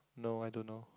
no I don't know